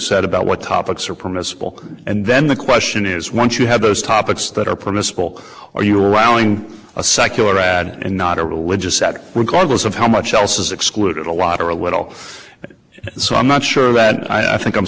said about what topics are permissible and then the question is once you have those topics that are permissible or you are rallying a secular ad and not a religious setting regardless of how much else is excluded a lot or a little bit so i'm not sure that i think i'm